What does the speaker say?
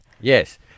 Yes